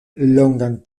longan